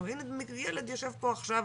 אנחנו רואים ילד ישב פה עכשיו,